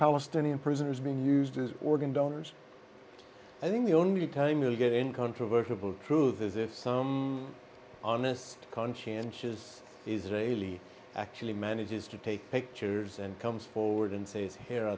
palestinian prisoners being used as organ donors i think the only time you'll get in controversial truth is if some honest conscientious israeli actually manages to take pictures and comes forward and says here